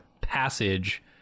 passage